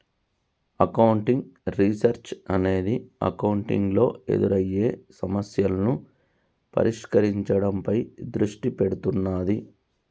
accounting research అనేది accounting లో ఎదురయ్యే సమస్యలను పరిష్కరించడంపై దృష్టి పెడుతున్నాది